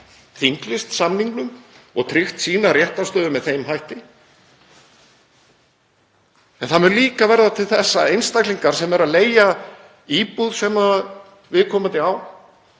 þinglýst samningnum og tryggt réttarstöðu sína með þeim hætti. En það mun líka verða til þess að einstaklingar sem eru að leigja íbúð sem viðkomandi